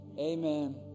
amen